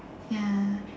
ya